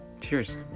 cheers